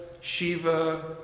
Shiva